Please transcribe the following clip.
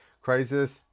Crisis